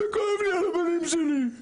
כואב לי על הבנים שלי.